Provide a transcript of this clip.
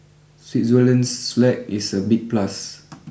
Switzerland's flag is a big plus